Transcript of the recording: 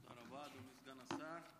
תודה רבה, אדוני סגן השר.